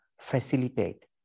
facilitate